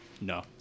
No